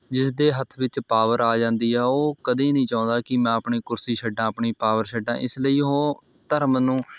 ਜਿਸਦੇ ਹੱਥ ਵਿੱਚ ਪਾਵਰ ਆ ਜਾਂਦੀ ਆ ਉਹ ਕਦੇ ਨਹੀਂ ਚਾਹੁੰਦਾ ਕਿ ਮੈਂ ਆਪਣੀ ਕੁਰਸੀ ਛੱਡਾਂ ਆਪਣੀ ਪਾਵਰ ਛੱਡਾਂ ਇਸ ਲਈ ਉਹ ਧਰਮ ਨੂੰ